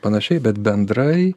panašiai bet bendrai